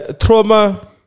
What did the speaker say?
trauma